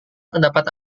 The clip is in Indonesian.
pendapat